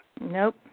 Nope